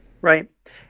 right